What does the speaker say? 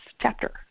chapter